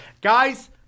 Guys